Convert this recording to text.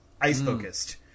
ice-focused